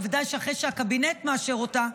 בוודאי אחרי שהקבינט מאשר אותה,